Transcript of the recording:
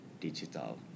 digital